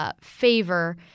favor